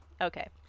okay